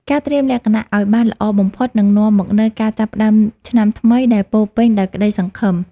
ការត្រៀមលក្ខណៈឱ្យបានល្អបំផុតនឹងនាំមកនូវការចាប់ផ្តើមឆ្នាំថ្មីដែលពោរពេញដោយក្តីសង្ឃឹម។